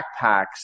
backpacks